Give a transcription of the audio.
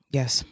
yes